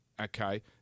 okay